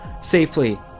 safely